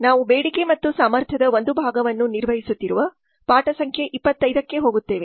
ನಾವು ಬೇಡಿಕೆ ಮತ್ತು ಸಾಮರ್ಥ್ಯದ ಒಂದು ಭಾಗವನ್ನು ನಿರ್ವಹಿಸುತ್ತಿರುವ ಪಾಠ ಸಂಖ್ಯೆ 25 ಕ್ಕೆ ಹೋಗುತ್ತೇವೆ